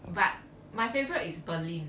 but my favourite is berlin